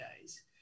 days